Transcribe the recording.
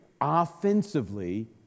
offensively